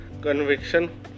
conviction